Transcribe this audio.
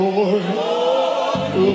Lord